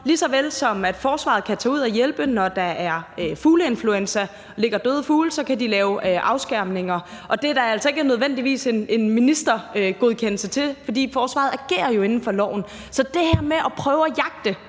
lige såvel som forsvaret kan tage ud og hjælpe, når der er fugleinfluenza og der ligger døde fugle. Der kan de lave afskærmninger. Det skal der altså ikke nødvendigvis en ministergodkendelse til, fordi forsvaret jo agerer inden for loven. Så det her med at prøve at jagte,